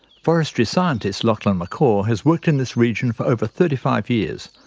forestry scientist lachlan mccaw has worked in this region for over thirty five years.